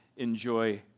enjoy